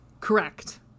Correct